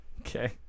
Okay